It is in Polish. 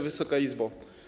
Wysoka Izbo!